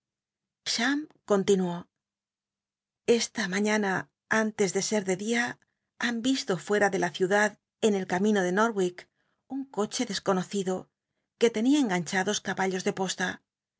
continuó esta mañana antes de set de dia han l'islo fueta de la ciudad en el camino de l'iotwich un coche desconocido que tenia enganchados caballos de posta